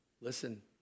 Listen